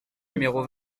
numéro